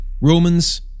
Romans